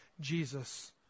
Jesus